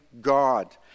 God